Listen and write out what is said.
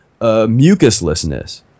mucuslessness